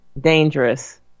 dangerous